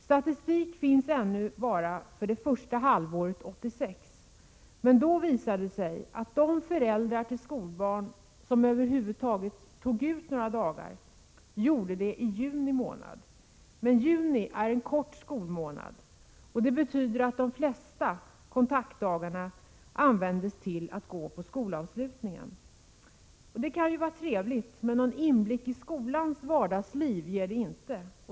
Statistik finns ännu bara för det första halvåret 1986, men då visade det sig att de föräldrar till skolbarn som över huvud taget tog ut kontaktdagar gjorde det i juni. Men juni är en kort skolmånad. Det betyder att de flesta använde kontaktdagarna till att gå på skolavslutningen. Det kan ju vara trevligt, men någon inblick i skolans vardagsliv ger det inte.